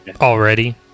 already